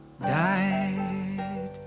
died